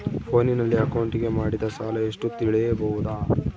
ಫೋನಿನಲ್ಲಿ ಅಕೌಂಟಿಗೆ ಮಾಡಿದ ಸಾಲ ಎಷ್ಟು ತಿಳೇಬೋದ?